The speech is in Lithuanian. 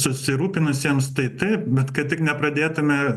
susirūpinusiems tai taip bet kad tik nepradėtume